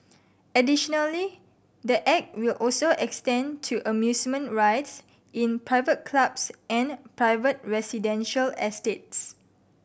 additionally the Act will also extend to amusement rides in private clubs and private residential estates